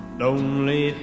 lonely